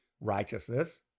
righteousness